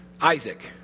Isaac